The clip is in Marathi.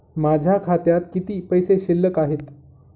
माझ्या खात्यात किती पैसे शिल्लक आहेत?